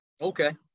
okay